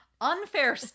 unfair